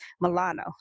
Milano